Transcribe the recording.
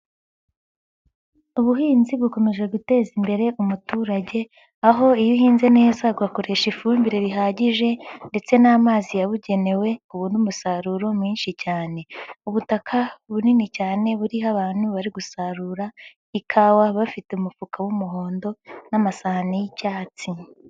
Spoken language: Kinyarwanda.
Ubuhinzi bukomeje guteza imbere umuturage aho iyo uhinze neza ugakoresha ifumbire rihagije ndetse n'amazi yabugenewe ubona umusaruro mwinshi cyane, ubutaka bunini cyane buriho abantu bari gusarura ikawa bafite umufuka w'umuhondo n'amasahani y'icyatsi.